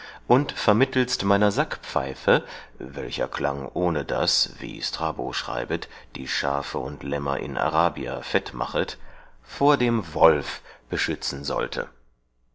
und vermittelst meiner sackpfeife welcher klang ohnedas wie strabo schreibet die schafe und lämmer in arabia fett machet vor dem wolf beschützen sollte